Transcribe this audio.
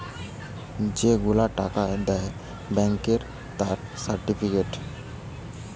যে গুলা টাকা সব দেয় ব্যাংকে তার সার্টিফিকেট